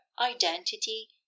identity